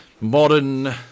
modern